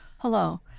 Hello